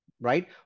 right